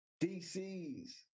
DC's